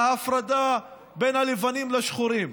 ההפרדה בין הלבנים לשחורים.